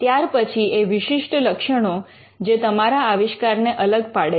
ત્યાર પછી એ વિશિષ્ટ લક્ષણો જે તમારા આવિષ્કાર ને અલગ પાડે છે